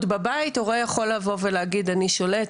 עוד בבית ההורה יכול לבוא ולהגיד "אני שולט",